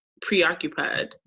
preoccupied